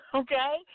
okay